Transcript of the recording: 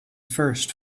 first